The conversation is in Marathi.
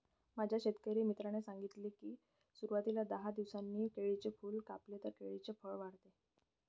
माझ्या शेतकरी मित्राने सांगितले की, सुरवातीला दहा दिवसांनी केळीचे फूल कापले तर केळीचे फळ वाढते